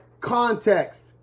context